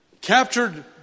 Captured